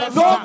no